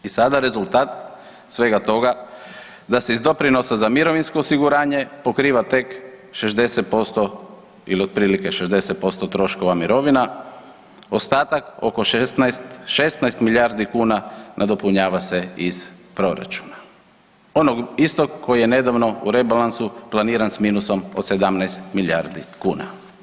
I sada rezultat svega toga da se iz doprinosa za mirovinsko osiguranje pokriva tek 60% ili otprilike 60% troškova mirovina, ostatak oko 16 milijardi kuna nadopunjava se iz proračuna, onog istog koji je nedavno u rebalansu planiran s minusom od 17 milijardi kuna.